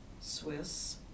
Swiss